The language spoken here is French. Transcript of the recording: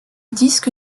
disque